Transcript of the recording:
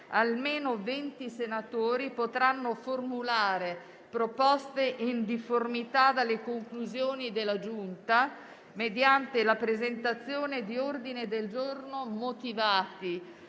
almeno venti senatori possono formulare proposte in difformità dalle conclusioni della Giunta mediante la presentazione di ordini del giorno motivati.